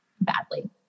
badly